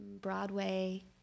Broadway